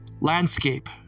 landscape